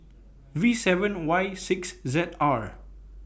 V seven Y six Z R